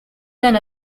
than